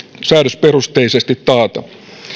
säädösperusteisesti taata